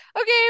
okay